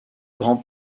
grand